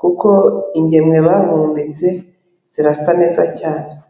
kuko ingemwe bahumbitse zirasa neza cyane.